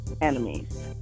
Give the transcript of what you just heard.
Enemies